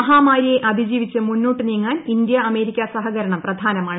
മഹാമാരിയെ അതിജീവിച്ച് മുന്നോട്ട് നീങ്ങാൻ ഇന്ത്യ അമേരിക്ക സഹകരണം പ്രധാനമാണ്